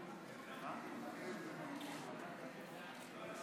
ההצבעה: בעד,